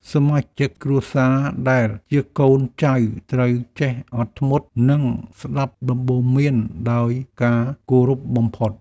សមាជិកគ្រួសារដែលជាកូនចៅត្រូវចេះអត់ធ្មត់ និងស្តាប់ដំបូន្មានដោយការគោរពបំផុត។